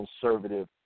conservative